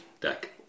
deck